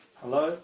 hello